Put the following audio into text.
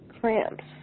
cramps